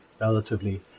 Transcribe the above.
relatively